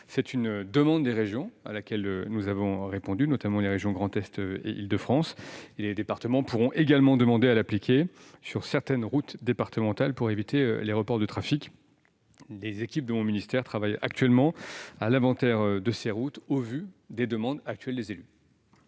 C'est une demande des régions, notamment du Grand Est et de l'Île-de-France, à laquelle nous avons répondu. Les départements pourront également demander à l'appliquer sur certaines routes départementales pour éviter les reports de trafic. Les équipes de mon ministère travaillent actuellement à l'inventaire de ces routes au vu des demandes actuelles des élus.